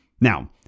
Now